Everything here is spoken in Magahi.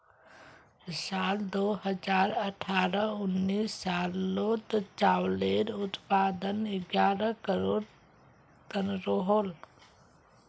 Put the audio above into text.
साल दो हज़ार अठारह उन्नीस सालोत चावालेर उत्पादन ग्यारह करोड़ तन रोहोल